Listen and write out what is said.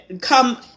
come